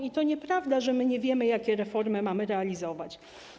I to nieprawda, że nie wiemy, jakie reformy mamy realizować.